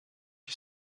you